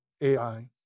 AI